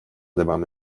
devam